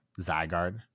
zygarde